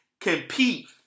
compete